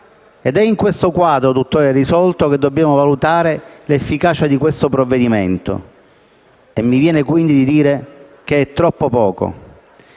ed è in questo contesto, tutt'ora irrisolto, che dobbiamo valutare l'efficacia di questo provvedimento. Mi viene quindi di dire che è troppo poco.